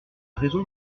raison